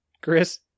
Chris